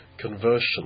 conversion